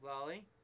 Lolly